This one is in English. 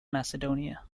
macedonia